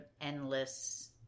endless